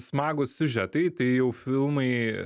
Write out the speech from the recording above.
smagūs siužetai tai jau filmai